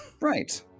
Right